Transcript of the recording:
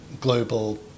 global